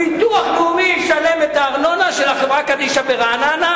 ביטוח לאומי ישלם את הארנונה של החברה קדישא ברעננה,